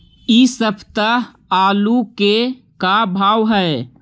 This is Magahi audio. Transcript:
इ सप्ताह आलू के का भाव है?